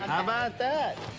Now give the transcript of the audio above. about that?